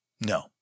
no